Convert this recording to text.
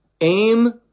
aim